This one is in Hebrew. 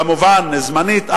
כמובן זמנית,